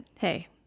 hey